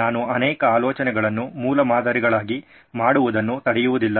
ನಾನು ಅನೇಕ ಆಲೋಚನೆಗಳನ್ನು ಮೂಲಮಾದರಿಗಳಾಗಿ ಮಾಡುವುದನ್ನು ತಡೆಯುವುದಿಲ್ಲ